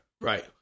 Right